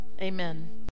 Amen